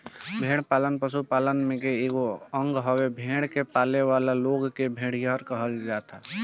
भेड़ पालन पशुपालन के एगो अंग हवे, भेड़ के पालेवाला लोग के भेड़िहार कहल जाला